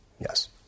yes